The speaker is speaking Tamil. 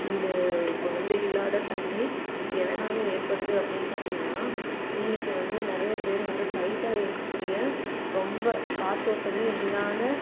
இந்த குழந்தை இல்லாத தன்மை எதனால் ஏற்படுது அப்படின்னு பார்த்தீங்கனா இன்னைக்கு வந்து நிறைய பேர் வந்து டைட்டாக இருக்க கூடிய ரொம்ப காற்தோட்டமே இல்லாத